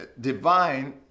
divine